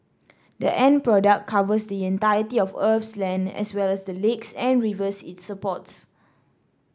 the end product covers the entirety of Earth's land as well as the lakes and rivers it supports